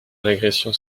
régression